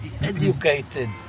educated